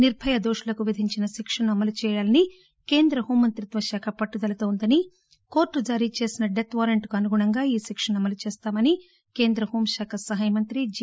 నిర్భయ దోషుకులు విధించిన శిక్షను అమలు చేయాలని కేంద్రం హోంమంత్రిత్వ శాఖ పట్టుదలతో ఉందని కోర్లు జారీచేసిన డెత్ వారెంట్ కు అనుగుణంగా ఈ శిక్షను అమలు చేస్తామని కేంద్ర హోంశాఖ సహాయమంత్రి జి